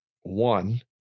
One